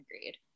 agreed